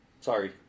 sorry